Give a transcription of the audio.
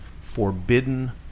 forbidden